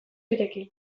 birekin